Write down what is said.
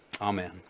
Amen